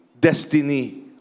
destiny